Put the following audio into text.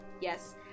Yes